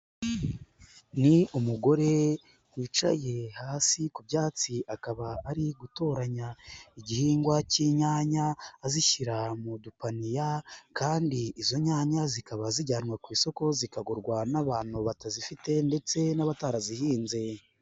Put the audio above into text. Ni umugore wicaye hasi ku byatsi akaba ari gutoranya igihingwa cy'inyanya azishyira mu dupaniya kandi izo nyanya zikaba zijyanwa ku isoko zikagurwa n'abantu batazifite ndetse n'abatarazihinze.